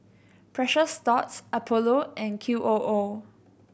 Precious Thots Apollo and Q O O